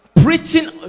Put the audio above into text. Preaching